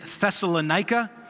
Thessalonica